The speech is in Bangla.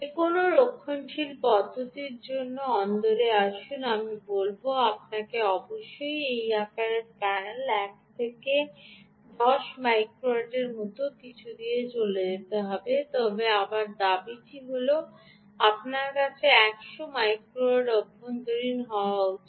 যে কোনও রক্ষণশীল পদ্ধতির জন্য অন্দরে আসুন আমি বলব আপনাকে অবশ্যই এই আকারের প্যানেলের 1 থেকে 10 মাইক্রোওয়েটের মতো কিছু দিয়ে চলে যেতে হবে তবে আবার দাবিটি হল আপনার কাছে 100 মাইক্রোওয়াট অভ্যন্তরীণ হওয়া উচিত